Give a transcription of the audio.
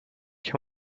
can